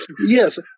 Yes